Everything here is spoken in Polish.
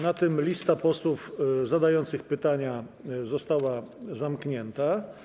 Na tym lista posłów zadających pytania została zamknięta.